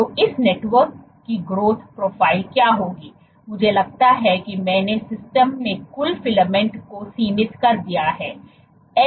तो इस नेटवर्क की ग्रोथ प्रोफाइल क्या होगी मुझे लगता है कि मैंने सिस्टम में कुल फिलामेंट्स को सीमित कर दिया है